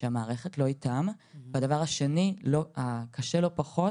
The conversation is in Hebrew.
שהמערכת לא איתן והדבר השני והקשה לא פחות,